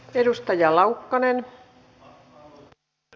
arvoisa rouva puhemies